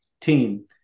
team